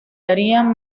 harían